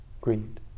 greed